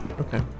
Okay